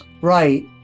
Right